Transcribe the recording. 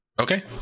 Okay